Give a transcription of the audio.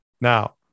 Now